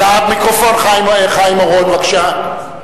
האם, למיקרופון, חיים אורון, בבקשה.